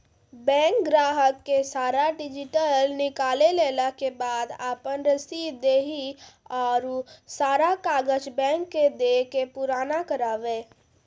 Bank ग्राहक के सारा डीटेल निकालैला के बाद आपन रसीद देहि और सारा कागज बैंक के दे के पुराना करावे?